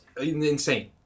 insane